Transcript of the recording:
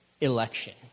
election